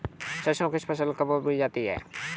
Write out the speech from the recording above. सरसों की फसल कब बोई जाती है?